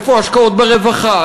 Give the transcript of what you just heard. איפה ההשקעות ברווחה?